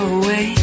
away